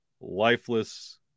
lifeless